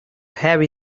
heavy